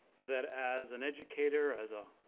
that as an educator, as a